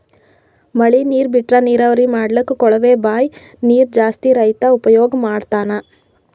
ಮಳಿ ನೀರ್ ಬಿಟ್ರಾ ನೀರಾವರಿ ಮಾಡ್ಲಕ್ಕ್ ಕೊಳವೆ ಬಾಂಯ್ ನೀರ್ ಜಾಸ್ತಿ ರೈತಾ ಉಪಯೋಗ್ ಮಾಡ್ತಾನಾ